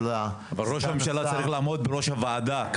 --- ראש הממשלה צריך לעמוד בראש הוועדה,